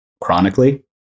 chronically